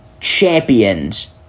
champions